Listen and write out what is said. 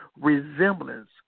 resemblance